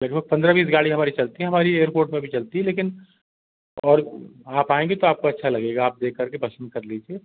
लगभग पन्द्रह बीस गाड़ियाँ हमारी चलती हैं हमारी एयरपोर्ट में भी चलती हैं लेकिन और आप आएंगे तो आपको अच्छा लगेगा आप देखकर के पसंद कर लीजिए